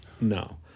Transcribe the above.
no